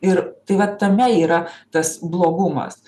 ir tai va tame yra tas blogumas